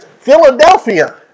Philadelphia